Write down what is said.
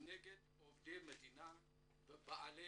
נגד עובדי מדינה ובעלי